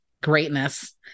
greatness